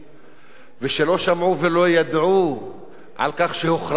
ושלא שמעו ולא ידעו על כך שהוכרז עוצר,